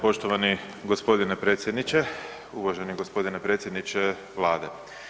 Poštovani gospodine predsjedniče, uvaženi gospodine predsjedniče Vlade.